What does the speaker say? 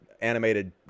animated